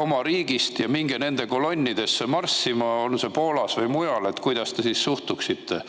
oma riigist ja minge nende kolonnidesse marssima, on see Poolas või mujal, kuidas te siis suhtuksite?